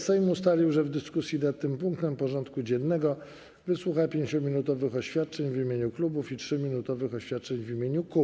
Sejm ustalił, że w dyskusji nad tym punktem porządku dziennego wysłucha 5-minutowych oświadczeń w imieniu klubów i 3-minutowych oświadczeń w imieniu kół.